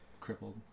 Crippled